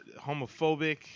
homophobic